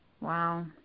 Wow